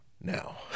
Now